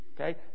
Okay